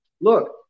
look